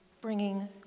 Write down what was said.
bringing